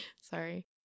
Sorry